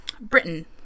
Britain